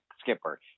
skipper